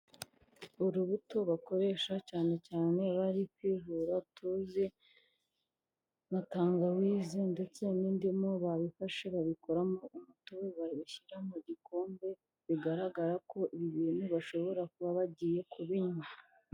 Urubuto bakoresha cyane cyane bari kwivura tuzi nka tangawise ndetse n'indimu babifashe babikoramo umutobe babishyira mu gikombe bigaragara ko ibi bintu bashobora kuba bagiye kubinywa.